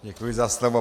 Děkuji za slovo.